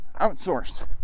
outsourced